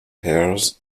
pairs